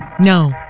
No